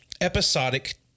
episodic